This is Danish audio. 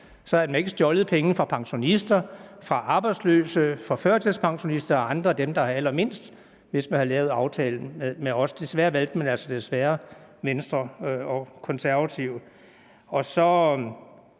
Man havde ikke stjålet penge fra pensionister, arbejdsløse, førtidspensionister og fra andre af dem, der har allermindst, hvis man havde lavet aftalen os. Man valgte desværre at lave den med Venstre og De Konservative. Så